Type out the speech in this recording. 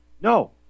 no